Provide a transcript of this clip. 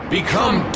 Become